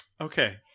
Okay